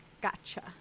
gotcha